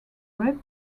red